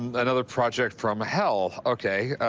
and another project from hell. ok.